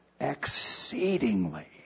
exceedingly